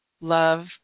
love